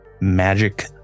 magic